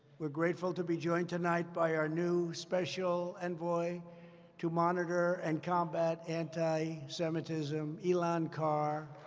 we're grateful to be joined tonight by our new special envoy to monitor and combat anti-semitism, elan carr.